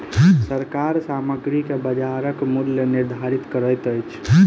सरकार सामग्री के बजारक मूल्य निर्धारित करैत अछि